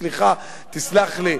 סליחה, תסלח לי.